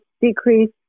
decrease